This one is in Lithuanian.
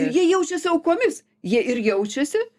jie jaučiasi aukomis jie ir jaučiasi